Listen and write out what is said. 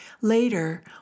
Later